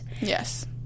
Yes